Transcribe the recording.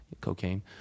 cocaine